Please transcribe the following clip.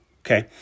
okay